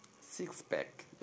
six-pack